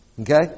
Okay